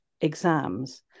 exams